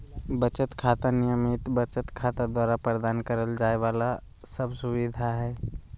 बचत खाता, नियमित बचत खाता द्वारा प्रदान करल जाइ वाला सब सुविधा हइ